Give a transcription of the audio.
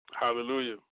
Hallelujah